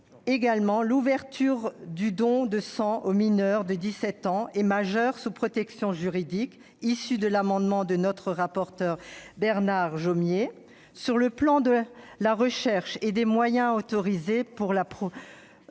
également l'ouverture du don de sang aux mineurs de 17 ans et majeurs sous protection juridique, mesure issue de l'amendement de notre rapporteur Bernard Jomier. Sur le plan de la recherche et des moyens autorisés pour la promouvoir,